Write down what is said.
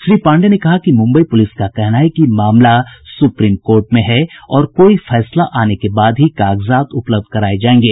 श्री पांडेय ने कहा कि मुम्बई पुलिस का कहना है कि मामला सुप्रीम कोर्ट में है और कोई फैसला आने के बाद ही कागजात उपलब्ध कराये जायेंगे